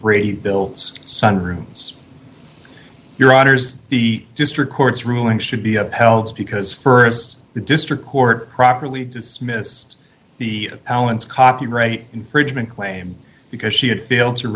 brady built son rooms your honour's the district court's ruling should be upheld because st the district court properly dismissed the allens copyright infringement claim because she had failed to